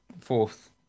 fourth